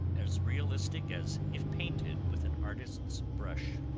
as realistic as if painted with an artist's brush.